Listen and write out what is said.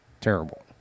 Terrible